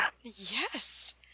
Yes